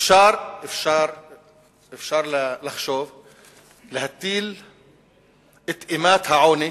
אפשר לחשוב להטיל את אימת העוני,